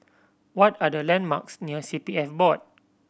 what are the landmarks near C P F Board